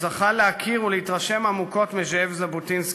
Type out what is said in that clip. שזכה להכיר ולהתרשם עמוקות מזאב ז'בוטינסקי,